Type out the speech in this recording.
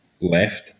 left